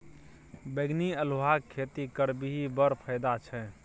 बैंगनी अल्हुआक खेती करबिही बड़ फायदा छै